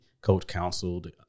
coach-counseled